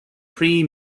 pre